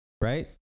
right